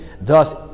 Thus